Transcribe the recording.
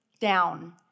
down